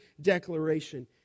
declaration